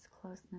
closeness